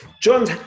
John